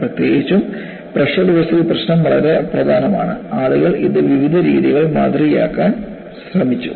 പ്രത്യേകിച്ചും pressure vessel പ്രശ്നം വളരെ പ്രധാനമാണ് ആളുകൾ ഇത് വിവിധ രീതികളിൽ മാതൃകയാക്കാൻ ശ്രമിച്ചു